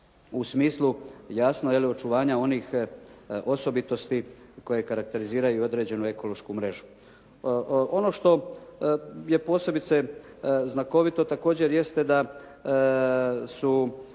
u smislu jasno je li očuvanja onih osobitosti koje karakteriziraju određenu ekološku mrežu. Ono što je posebice znakovito također jeste da su,